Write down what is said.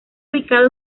ubicado